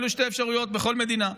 אלה שתי האפשרויות בכל מדינה.